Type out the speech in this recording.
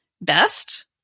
best